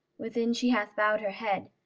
within she hath bowed her head,